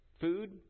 food